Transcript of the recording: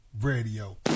Radio